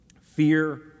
Fear